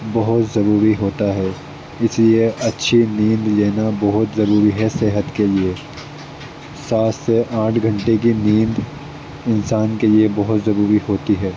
بہت ضروری ہوتا ہے اس لیے اچھی نیند لینا بہت ضروری ہے صحت کے لیے سات سے آٹھ گھنٹے کی نیند انسان کے لیے بہت ضروری ہوتی ہے